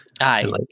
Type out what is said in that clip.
aye